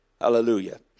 Hallelujah